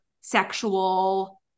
sexual